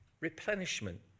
replenishment